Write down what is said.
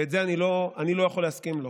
וזה דבר שאני לא אני לא יכול להסכים לו.